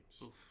games